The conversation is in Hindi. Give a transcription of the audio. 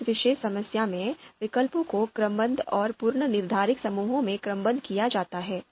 इस विशेष समस्या में विकल्पों को क्रमबद्ध और पूर्वनिर्धारित समूहों में क्रमबद्ध किया जाता है